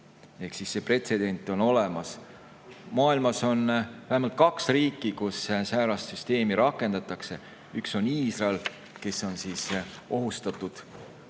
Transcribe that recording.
Ehk siis pretsedent on olemas. Maailmas on ka vähemalt kaks riiki, kus säärast süsteemi rakendatakse. Üks on Iisrael, keda ohustavad